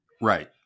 right